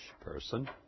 person